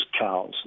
cows